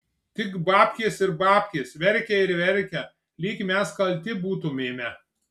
tik babkės ir babkės verkia ir verkia lyg mes kalti būtumėme